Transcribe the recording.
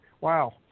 Wow